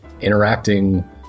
interacting